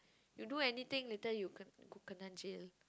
you do anything later you ken~ kena jail